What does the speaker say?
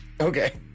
Okay